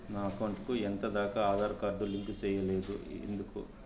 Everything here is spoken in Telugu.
నా అకౌంట్ కు ఎంత దాకా ఆధార్ కార్డు లింకు సేయలేదు ఎందుకు